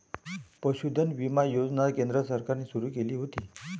पशुधन विमा योजना केंद्र सरकारने सुरू केली होती